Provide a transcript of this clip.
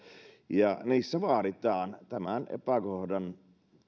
ja niissä vaaditaan tämän epäkohdan